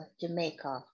Jamaica